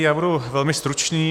Já budu velmi stručný.